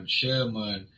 Sherman